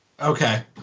Okay